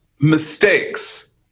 mistakes